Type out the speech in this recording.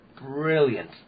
brilliant